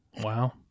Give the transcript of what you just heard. Wow